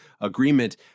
agreement